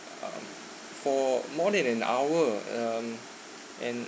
uh for more than an hour um and